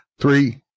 Three